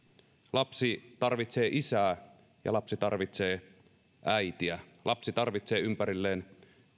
lapsi tarvitsee isää ja lapsi tarvitsee äitiä lapsi tarvitsee ympärilleen